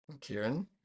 Kieran